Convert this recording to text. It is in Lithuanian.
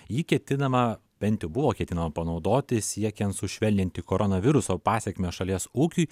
jį ketinama bent buvo ketinama panaudoti siekiant sušvelninti koronaviruso pasekmes šalies ūkiui